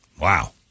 Wow